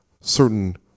certain